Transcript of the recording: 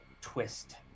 twist